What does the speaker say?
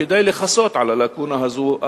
כדי לכסות על הלקונה הזאת,